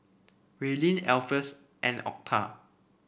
Raelynn Alpheus and Otha